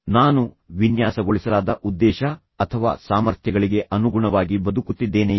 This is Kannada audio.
ನಾನು ವಿನ್ಯಾಸಗೊಳಿಸಲಾದ ಉದ್ದೇಶ ಅಥವಾ ಸಾಮರ್ಥ್ಯಗಳಿಗೆ ಅನುಗುಣವಾಗಿ ಬದುಕುತ್ತಿದ್ದೇನೆಯೇ